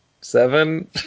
seven